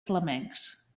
flamencs